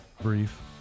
brief